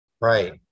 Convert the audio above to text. Right